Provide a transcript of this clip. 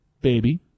Baby